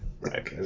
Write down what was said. Right